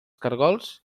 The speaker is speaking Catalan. caragols